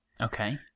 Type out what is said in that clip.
Okay